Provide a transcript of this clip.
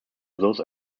those